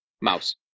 Mouse